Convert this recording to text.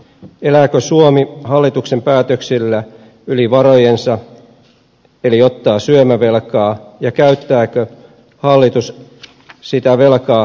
elääkö suomi hallituksen päätöksillä yli varojensa eli ottaa syömävelkaa ja käyttääkö hallitus sitä velkaa tasapuolisella tavalla